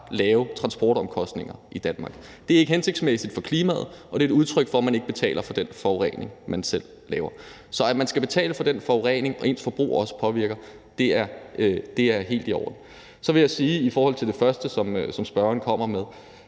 lave transportomkostninger i Danmark. Det er ikke hensigtsmæssigt for klimaet, og det er et udtryk for, at man ikke betaler for den forurening, man selv laver. Så at man skal betale for den forurening, ens forbrug også påvirker, er helt i orden. Så vil jeg sige i forhold til det første, som spørgeren kommer med,